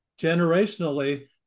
generationally